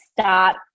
stop